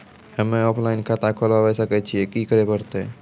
हम्मे ऑफलाइन खाता खोलबावे सकय छियै, की करे परतै?